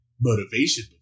motivation